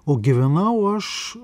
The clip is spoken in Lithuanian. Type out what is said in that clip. o gyvenau aš